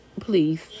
please